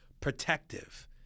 protective